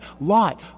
Lot